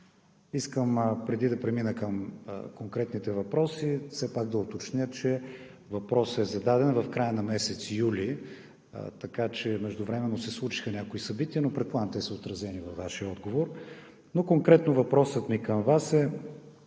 селища. Преди да премина към конкретните въпроси, искам все пак да уточня, че въпросът е зададен в края на месец юли, така че междувременно се случиха някои събития, но предполагам, те са отразени във Вашия отговор. Но конкретно въпросът ми към Вас е: